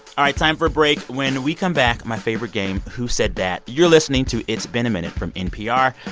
all right, time for a break. when we come back, my favorite game, who said that. you're listening to it's been a minute from npr.